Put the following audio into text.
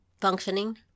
functioning